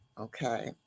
Okay